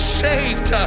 saved